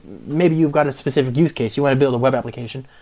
maybe you've got a specific use case, you want to build a web application.